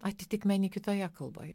atitikmenį kitoje kalboj